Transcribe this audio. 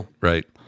right